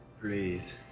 Please